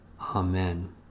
Amen